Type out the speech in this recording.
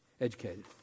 educated